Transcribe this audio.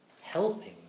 helping